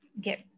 get